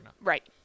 Right